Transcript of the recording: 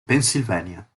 pennsylvania